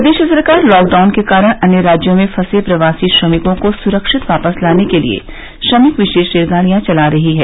प्रदेश सरकार लॉकडाउन के कारण अन्य राज्यों में फंसे प्रवासी श्रमिकों को सुरक्षित वापस लाने के लिए श्रमिक विशेष रेलगाड़ियां चला रही है